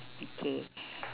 okay